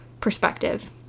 perspective